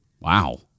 wow